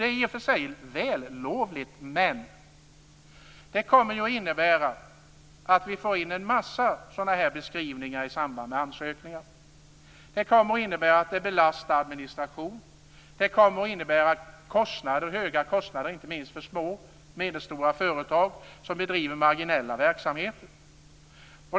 Det är i och för sig vällovligt, men det innebär att det kommer in en mängd sådana beskrivningar i samband med ansökningar, vilket belastar administration och medför stora kostnader, inte minst för små och medelstora företag som bedriver marginella verksamheter.